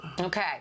okay